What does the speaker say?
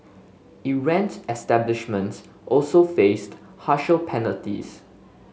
errant establishments also faced harsher penalties